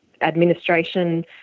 administration